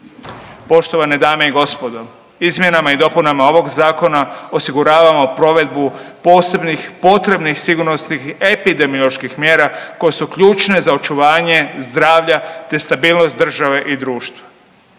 Poštovane dame i gospodo, izmjenama i dopunama ovog zakona osiguravamo provedbu posebnih potrebnih sigurnosnih i epidemioloških mjera koje su ključne za očuvanje zdravlja te stabilnost države i društva.